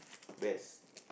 best